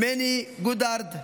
מני גודארד,